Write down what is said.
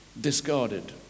discarded